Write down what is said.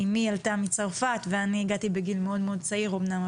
אמי עלתה מצרפת ואני הגעתי בגיל מאוד מאוד צעיר אמנם,